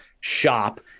shop